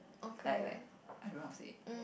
like like I don't know how to say